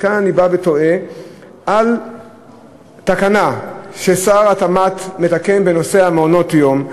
וכאן אני בא ותוהה על תקנה ששר התמ"ת מתקן בנושא מעונות-היום.